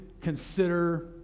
consider